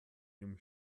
ihrem